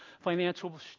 financial